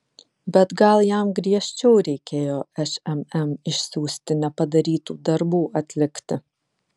bet gal jam griežčiau reikėjo šmm išsiųsti nepadarytų darbų atlikti